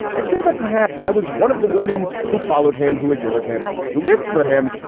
i feel that perhaps i was one of the women who followed him, who adored him, who lived for him,